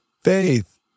faith